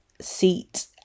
seat